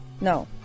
no